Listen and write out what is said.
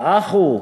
האחו?